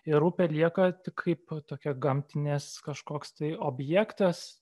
ir upė lieka tik kaip tokia gamtinės kažkoks tai objektas